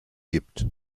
gibt